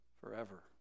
forever